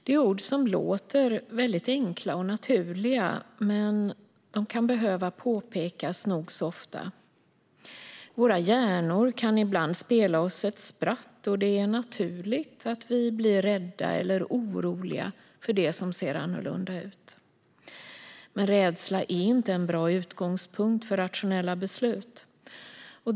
Det är ord som låter enkla och naturliga, men de kan behöva påpekas nog så ofta. Våra hjärnor kan ibland spela oss ett spratt då det är naturligt att vi blir rädda eller oroliga för det som ser annorlunda ut. Men rädsla är inte en bra utgångspunkt för rationella beslut.